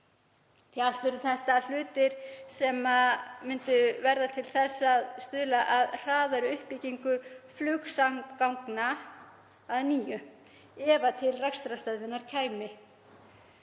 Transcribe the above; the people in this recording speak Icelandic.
því allt eru það hlutir sem yrðu til þess að stuðla að hraðari uppbyggingu flugsamgangna að nýju ef til rekstrarstöðvunar kæmi.